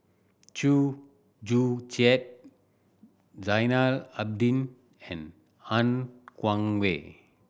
Chew Joo Chiat Zainal Abidin and Han Guangwei